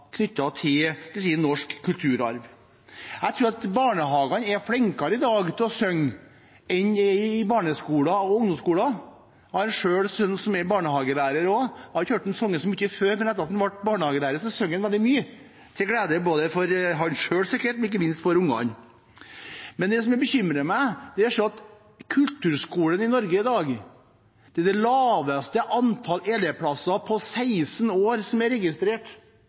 til norsk kulturarv. Jeg tror at man i barnehagene i dag er flinkere til å synge enn i barneskoler og ungdomsskoler. Jeg har selv en sønn som er barnehagelærer. Jeg har ikke hørt ham synge så mye før, men etter at han ble barnehagelærer, synger han veldig mye – sikkert til glede for ham selv og ikke minst for ungene. Men det som bekymrer meg, er å se at det i kulturskolen i Norge i dag er registrert det laveste antall elevplasser på 16 år.